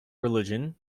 religion